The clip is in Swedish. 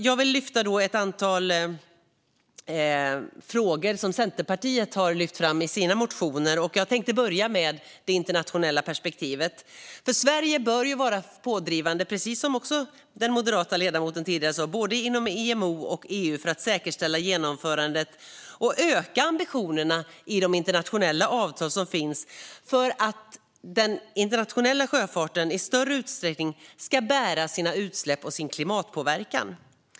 Jag vill lyfta ett antal frågor som Centerpartiet har lyft fram i sina motioner, och jag tänkte börja med det internationella perspektivet. Sverige bör vara pådrivande, precis som den moderata ledamoten sa tidigare, både inom IMO och EU för att säkerställa genomförandet av och öka ambitionerna i de internationella avtal som finns för att den internationella sjöfarten i större utsträckning ska bära sina utsläpp och sin klimatpåverkan.